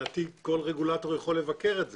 מבחינתי, כל רגולטור יכול לבקר את זה,